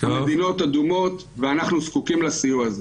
מדינות אדומות ואנחנו זקוקים לסיוע הזה.